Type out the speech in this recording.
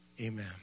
Amen